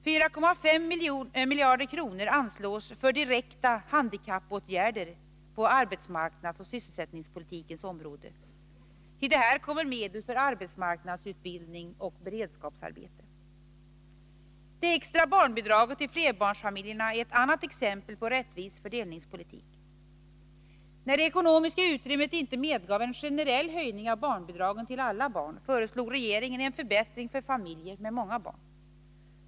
4,5 miljarder kronor anslås för direkta handikappåtgärder på arbetsmarknadsoch sysselsättningspolitikens område. Till detta kommer medel för arbetsmarknadsutbildning och beredskapsarbete. Det extra barnbidraget till flerbarnsfamiljerna är ett annat exempel på en rättvis fördelningspolitik. När det ekonomiska utrymmet inte medgav en generell höjning av barnbidragen till alla barn föreslog regeringen en förbättring för familjer med många barn.